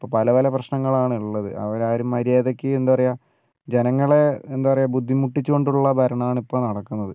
പല പല പ്രശനങ്ങളാണ് ഉള്ളത് അവരാരും മാര്യാദക്ക് എന്താ പറയുക ജനങ്ങളെ എന്താ പറയുക ബുദ്ധിമുട്ടിച്ചു കൊണ്ടുള്ള ഭരണമാണ് ഇപ്പം നടക്കുന്നത്